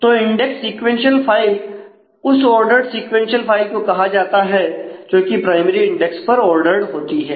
तो index sequential file को कहा जाता है जो कि प्राइमरी इंडेक्स पर ऑर्डरड होती है